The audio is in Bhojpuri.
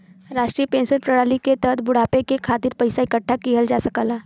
राष्ट्रीय पेंशन प्रणाली के तहत बुढ़ापे के खातिर पइसा इकठ्ठा किहल जा सकला